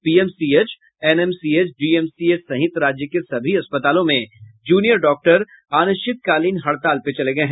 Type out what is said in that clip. PMCH NMCH DMCH सहित राज्य के सभी अस्पतालों में जूनियर डाक्टर अनिश्चितकालीन हड़ताल पर चले गये